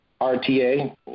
RTA